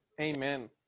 Amen